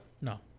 No